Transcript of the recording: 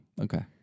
Okay